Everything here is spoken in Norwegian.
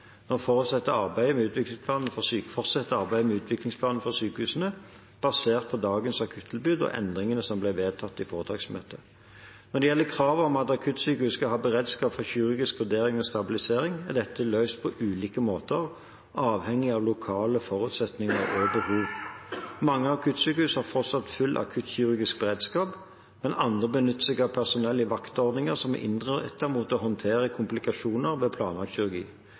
Nå fortsetter arbeidet med utviklingsplanen for sykehusene basert på dagens akuttilbud og endringene som ble vedtatt i foretaksmøtet. Når det gjelder kravet om at akuttsykehus skal ha beredskap for kirurgisk vurdering og stabilisering, er dette løst på ulike måter avhengig av lokale forutsetninger og behov. Mange akuttsykehus har fortsatt full akuttkirurgisk beredskap, mens andre benytter seg av personell- og vaktordninger som er innrettet mot å håndtere komplikasjoner ved planlagt kirurgi.